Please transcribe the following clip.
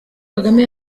kagame